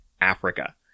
Africa